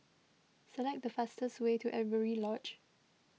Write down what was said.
select the fastest way to Avery Lodge